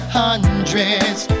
hundreds